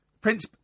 Prince